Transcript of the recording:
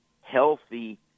healthy